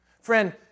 Friend